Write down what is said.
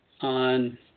on